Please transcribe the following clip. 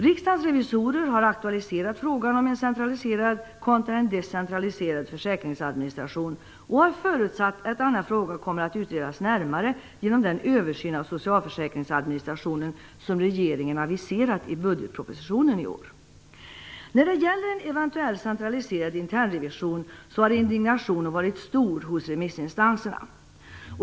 Riksdagens revisorer har aktualiserat frågan om en centraliserad kontra en decentraliserad föräkringsadministration och har förutsatt att denna fråga kommer att utredas närmare genom den översyn av socialförsäkringsadministrationen som regeringen aviserat i budgetpropositionen i år. När det gäller en eventuell centraliserad internrevision är indignationen varit stor hos remissinstanserna.